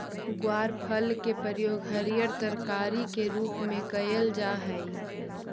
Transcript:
ग्वारफल के प्रयोग हरियर तरकारी के रूप में कयल जा हई